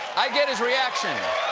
i get his reaction.